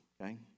okay